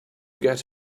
get